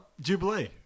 Jubilee